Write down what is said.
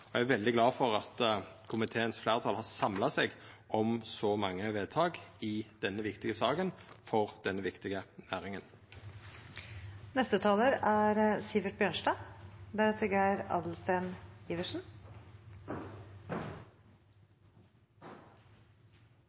og eg er veldig glad for at komiteens fleirtal har samla seg om så mange vedtak i denne viktige saka, for denne viktige